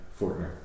Fortner